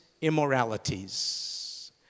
immoralities